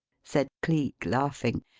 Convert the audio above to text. said cleek, laughing.